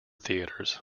theatres